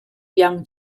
young